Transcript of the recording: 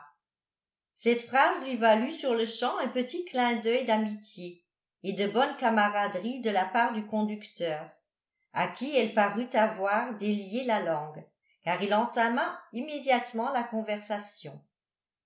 cette phrase lui valut sur le champ un petit clin d'œil d'amitié et de bonne camaraderie de la part du conducteur à qui elle parut avoir délié la langue car il entama immédiatement la conversation